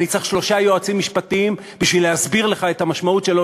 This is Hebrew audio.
אני צריך שלושה יועצים משפטיים כדי להסביר לך את המשמעות שלו,